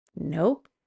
Nope